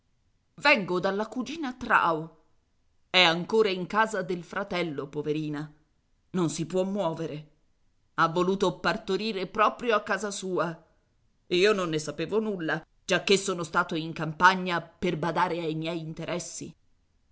vengo dalla cugina trao è ancora in casa del fratello poverina non si può muovere ha voluto partorire proprio a casa sua io non ne sapevo nulla giacché sono stato in campagna per badare ai miei interessi